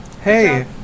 Hey